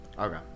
Okay